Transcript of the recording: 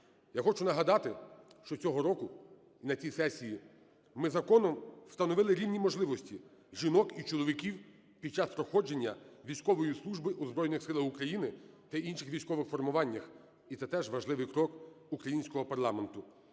Я хочу нагадати, що цього року і на цій сесії ми законом встановили рівні можливості жінок і чоловіків під час проходження військової служби у Збройних Силах України та інших військових формуваннях. І це теж важливий крок українського парламенту.